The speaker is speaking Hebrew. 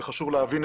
ואת זה חשוב להבין.